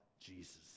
Jesus